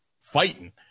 fighting